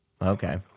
Okay